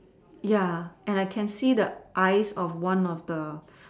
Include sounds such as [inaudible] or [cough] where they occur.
ya and I can see the eyes of one of the [breath]